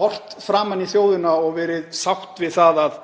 horft framan í þjóðina og verið sátt við það að